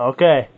Okay